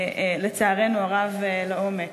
לצערנו הרב, לעומק.